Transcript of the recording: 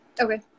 okay